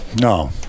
No